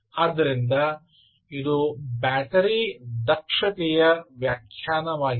ಆದ್ದರಿಂದ ಇದು ಬ್ಯಾಟರಿ ದಕ್ಷತೆಯ ವ್ಯಾಖ್ಯಾನವಾಗಿದೆ